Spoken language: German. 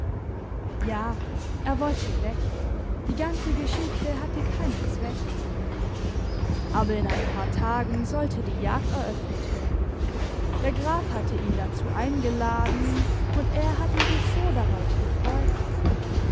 ja er wollte weg die ganze geschichte hatte keinen zweck aber in ein paar tagen sollte die jagd eröffnet werden der graf hatte ihn dazu eingeladen und er hatte sich so darauf gefreut